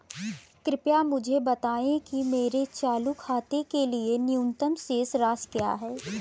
कृपया मुझे बताएं कि मेरे चालू खाते के लिए न्यूनतम शेष राशि क्या है?